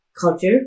culture